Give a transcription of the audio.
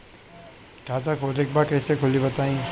खाता खोले के बा कईसे खुली बताई?